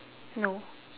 no